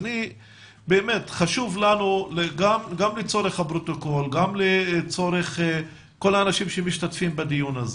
חשוב לנו גם לצורך הפרוטוקול וגם לכל האנשים בדיון הזה,